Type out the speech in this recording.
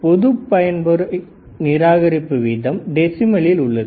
பொது பயன்முறை நிராகரிப்பு வீதம் டெசிமலில் உள்ளது